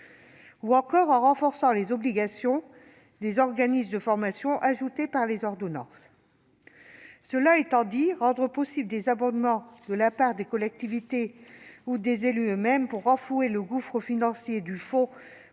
ou encore en renforçant les obligations des organismes de formations ajoutées par les ordonnances. Cela étant, rendre possible des abondements de la part des collectivités ou des élus eux-mêmes pour renflouer le gouffre financier du fonds